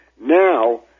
Now